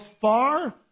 far